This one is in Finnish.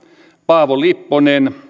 paavo lipponen